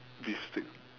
beef steak